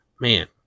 man